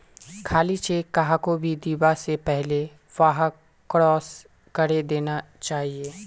खाली चेक कहाको भी दीबा स पहले वहाक क्रॉस करे देना चाहिए